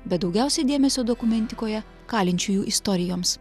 bet daugiausiai dėmesio dokumentikoje kalinčiųjų istorijoms